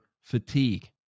fatigue